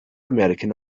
american